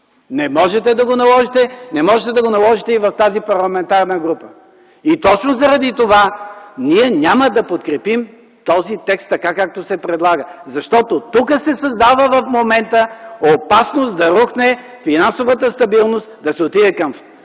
Не можете да го наложите и в тази парламентарна група. Точно заради това ние няма да подкрепим този текст, така както се предлага. Защото тук в момента се създава опасност да рухне финансовата стабилност, да се отиде към още